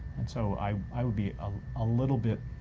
and so i i would be a ah little bit